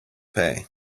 pay